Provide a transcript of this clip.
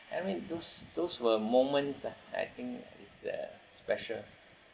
I mean those those were moments ah I think is uh special